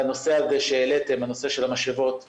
לנושא משאבות שבת.